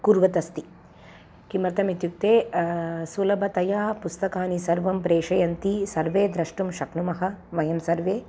कुर्वत् अस्ति किमर्थम् इत्युक्ते सुलभतया पुस्तकानि सर्वं प्रेषयन्ति सर्वे द्रष्टुं शक्नुमः वयं सर्वे